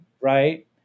right